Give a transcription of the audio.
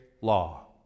law